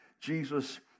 Jesus